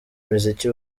muziki